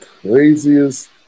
craziest